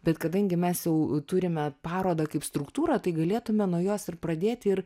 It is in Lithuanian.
bet kadangi mes jau turime parodą kaip struktūrą tai galėtume nuo jos ir pradėt ir